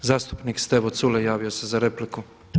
Zastupnik Stevo Culej javio se za repliku.